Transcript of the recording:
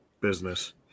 business